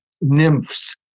nymphs